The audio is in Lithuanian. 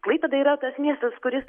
klaipėda yra tas miestas kuris